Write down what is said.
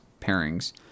pairings